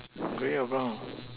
grey around